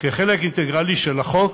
כחלק אינטגרלי של החוק,